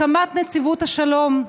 הקמת נציבות השלום,